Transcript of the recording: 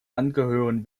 angehören